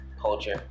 culture